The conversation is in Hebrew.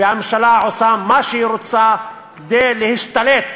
והממשלה עושה מה שהיא רוצה כדי להשתלט